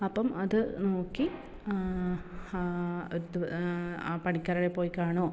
അപ്പം അത് നോക്കി അത് ആ പണിക്കാരെ പോയി കാണുഓ